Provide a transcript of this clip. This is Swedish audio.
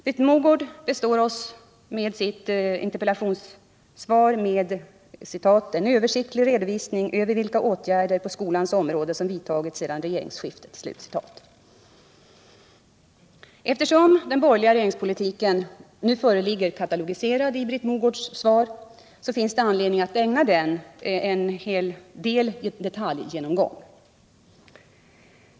Britt Mogård består oss i sitt interpellationssvar med ”en översiktlig redovisning över vilka åtgärder på skolans område som vidtagits sedan regeringsskiftet”. Eftersom den borgerliga skolpolitiken nu föreligger katalogiserad i Britt Mogårds svar finns det anledning att ägna den en detaljgenomgång.